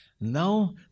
Now